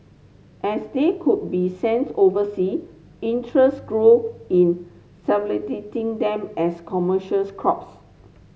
as they could be sent oversea interest grow in them as commercials crops